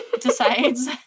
decides